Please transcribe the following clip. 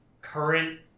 current